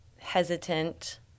hesitant